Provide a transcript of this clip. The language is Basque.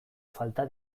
falta